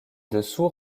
dessous